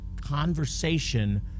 conversation